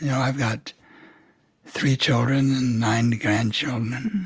yeah i've got three children, and nine grandchildren.